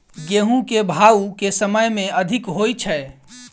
गेंहूँ केँ भाउ केँ समय मे अधिक होइ छै?